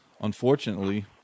unfortunately